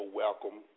welcome